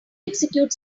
execute